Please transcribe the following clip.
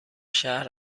شهر